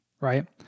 right